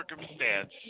circumstance